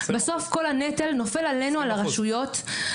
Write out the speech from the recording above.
בסוף כל הנטל נופל עלינו, על הרשויות.